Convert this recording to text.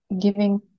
giving